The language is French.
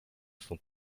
sont